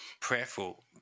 prayerful